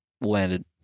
Landed